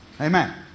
Amen